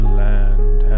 land